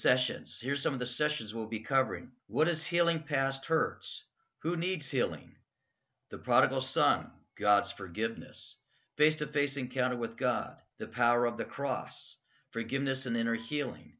sessions here some of the sessions will be covering what is healing past hurts who needs healing the prodigal son god's forgiveness face to face encounter with god the power of the cross forgiveness and inner healing